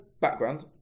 background